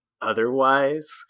otherwise